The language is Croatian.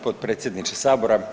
potpredsjedniče sabora.